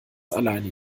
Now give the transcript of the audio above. alleine